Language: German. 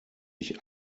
ich